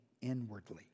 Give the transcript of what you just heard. inwardly